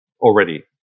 already